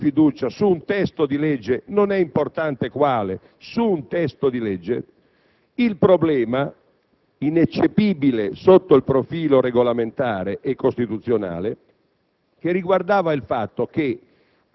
apposizione della questione di fiducia su un testo di legge - non è importante quale - il problema, ineccepibile sotto il profilo regolamentare e costituzionale,